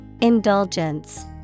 Indulgence